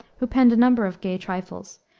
who penned a number of gay trifles,